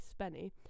spenny